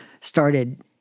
started